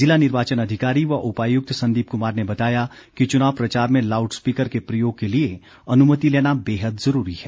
ज़िला निर्वाचन अधिकारी व उपायुक्त संदीप कुमार ने बताया कि चुनाव प्रचार में लाउड स्पीकर के प्रयोग के लिए अनुमति लेना बेहद ज़रूरी है